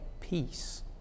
peace